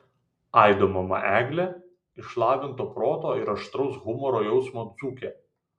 aido mama eglė išlavinto proto ir aštraus humoro jausmo dzūkė